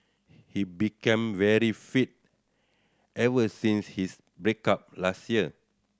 he became very fit ever since his break up last year